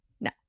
no